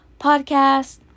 podcast